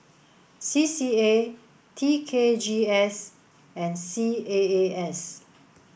C C A T K G S and C A A S